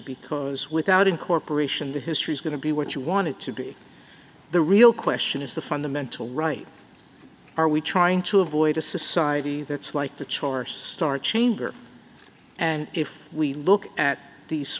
because without incorporation the history's going to be what you wanted to be the real question is the fundamental right are we trying to avoid a society that's like the choice star chamber and if we look at these